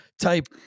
type